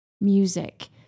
music